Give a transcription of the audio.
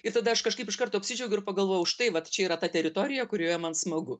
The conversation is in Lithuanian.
ir tada aš kažkaip iš karto apsidžiaugiau ir pagalvojau štai vat čia yra ta teritorija kurioje man smagu